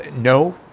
no